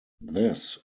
this